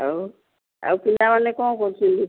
ହଉ ଆଉ ପିଲାମାନେ କ'ଣ କରୁଛନ୍ତି